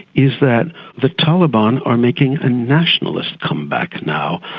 is that the taliban are making a nationalist comeback now,